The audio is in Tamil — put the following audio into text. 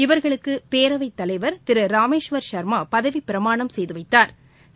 இவா்களுக்கு பேரவைத் தலைவா் திரு ராமேஷ்வா் ச்மா பதவிப் பிரமாணம் செய்து வைத்தாா்